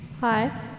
Hi